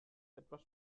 etwas